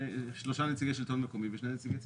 שלושה נציגי שלטון מקומי ושני נציגי ציבור.